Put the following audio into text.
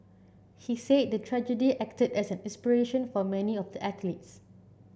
he said the tragedy acted as an inspiration for many of the athletes